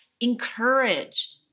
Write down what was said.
encourage